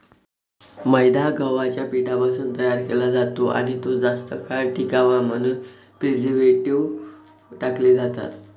मैदा गव्हाच्या पिठापासून तयार केला जातो आणि तो जास्त काळ टिकावा म्हणून प्रिझर्व्हेटिव्ह टाकले जातात